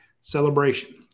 celebration